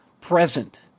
present